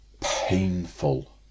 painful